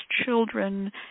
children